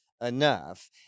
enough